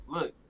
Look